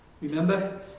Remember